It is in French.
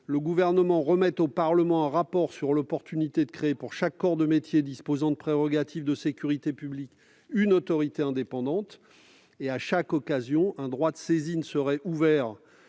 le Gouvernement remette au Parlement un rapport sur l'opportunité de créer pour chaque corps de métier disposant de prérogatives de sécurité publique une autorité indépendante. À chaque occasion, un droit de saisine serait ouvert